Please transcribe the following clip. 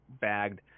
bagged